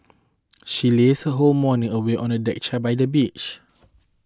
she lazed her whole morning away on a deck chair by the beach